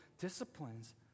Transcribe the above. disciplines